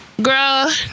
Girl